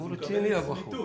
אז הוא מקבל לצמיתות,